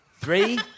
Three